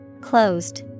Closed